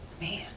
man